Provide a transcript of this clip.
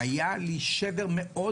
והיה לי שבר מאוד